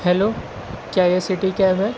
hello کیا یہ city cab ہے